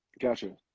Gotcha